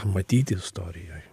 matyt istorijoj